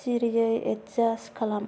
सिरियै एदजास्ट खालाम